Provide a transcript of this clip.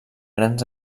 grans